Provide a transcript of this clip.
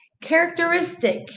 characteristic